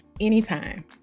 anytime